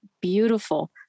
beautiful